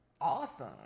awesome